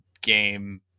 game